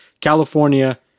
California